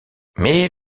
mais